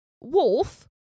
wolf